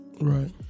Right